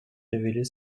révéler